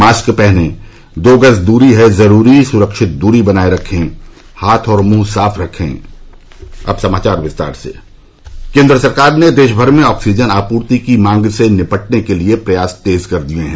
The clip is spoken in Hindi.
मास्क पहनें दो गज दूरी है जरूरी सुरक्षित दूरी बनाये रखें हाथ और मुंह साफ रखें अब समाचार विस्तार से केन्द्र सरकार ने देश भर में ऑक्सीजन आपूर्ति की मांग से निपटने के लिए प्रयास तेज किए हैं